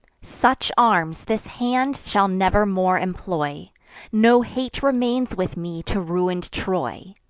such arms this hand shall never more employ no hate remains with me to ruin'd troy.